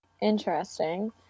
interesting